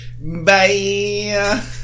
Bye